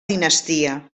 dinastia